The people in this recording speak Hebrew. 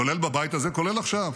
כולל בבית הזה, כולל עכשיו,